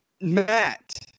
Matt